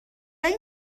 این